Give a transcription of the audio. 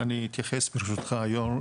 אני אתייחס ברשותך היו"ר,